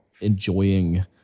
enjoying